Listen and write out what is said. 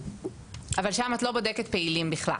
אבל שם את לא בודקת פעילים בכלל.